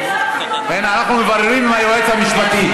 הינה, אנחנו מבררים עם היועץ המשפטי.